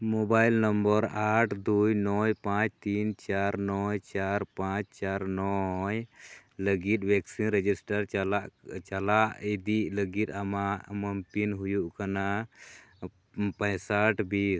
mobile number ᱟᱴ ᱫᱩᱭ ᱱᱚᱭ ᱯᱟᱸᱪ ᱛᱤᱱ ᱪᱟᱨ ᱱᱚᱭ ᱪᱟᱨ ᱯᱟᱸᱪ ᱪᱟᱨ ᱱᱚᱭ ᱞᱟᱹᱜᱤᱫ ᱵᱷᱮᱠᱥᱤᱱ ᱨᱮᱡᱤᱥᱴᱟᱨ ᱪᱟᱞᱟᱜ ᱪᱟᱞᱟᱜ ᱤᱫᱤᱭ ᱞᱟᱹᱜᱤᱫ ᱟᱢᱟᱜ ᱮᱢ ᱯᱤᱱ ᱦᱩᱭᱩᱜ ᱠᱟᱱᱟ ᱯᱚᱭᱥᱟᱴ ᱵᱤᱥ